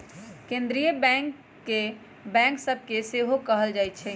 केंद्रीय बैंक के बैंक सभ के बैंक सेहो कहल जाइ छइ